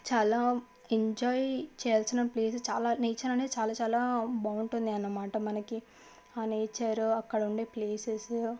చాలా ఎంజాయ్ చేయాల్సిన ప్లేస్ చాలా నేచర్ అనేది చాలా చాలా బాగుంటుంది అన్నమాట మనకి ఆ నేచర్ అక్కడ ఉండే ప్లేసెసు